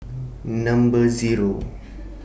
Number Zero